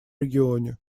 регионе